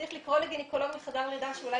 צריך לקרוא לגניקולוג מחדר לידה שאולי